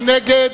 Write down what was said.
מי נגד?